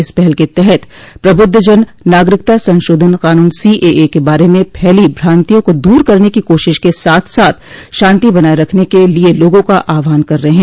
इस पहल के तहत प्रबुद्धजन नागरिकता संशोधन कानून सीएए के बारे में फैली भ्रांतियों को दूर करने की कोशिश के साथ साथ शांति बनाए रखने के लिए लोगों का आह्वान कर रहे हैं